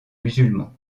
musulmans